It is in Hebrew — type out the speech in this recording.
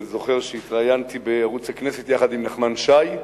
זוכר שהתראיינתי בערוץ הכנסת יחד עם נחמן שי,